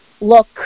look